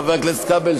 חבר הכנסת כבל,